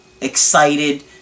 excited